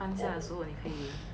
oo